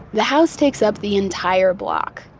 the house takes up the entire block.